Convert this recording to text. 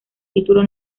título